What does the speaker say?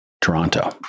Toronto